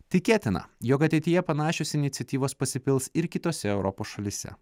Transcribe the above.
tikėtina jog ateityje panašios iniciatyvos pasipils ir kitose europos šalyse